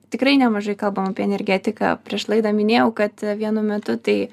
tikrai nemažai kalbam apie energetiką prieš laidą minėjau kad vienu metu tai